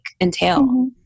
entail